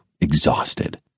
exhausted